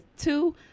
two